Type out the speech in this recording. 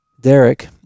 Derek